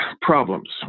problems